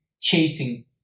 Chasing